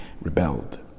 rebelled